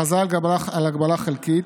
הכרזה על הגבלה חלקית,